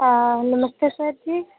नमस्ते sir जी